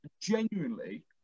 Genuinely